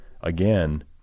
again